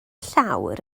llawr